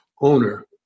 owner